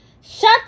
shut